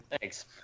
Thanks